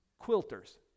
quilters